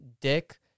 dick